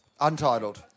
Untitled